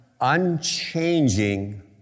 unchanging